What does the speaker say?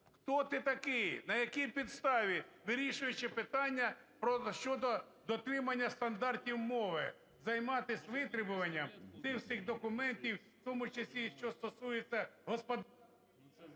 Хто ти таки? На якій підставі? Вирішуючи питання щодо дотримання стандартів мови займатись витребуванням тих всіх документів, в тому числі, що стосується…